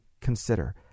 consider